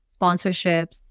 sponsorships